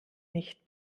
nicht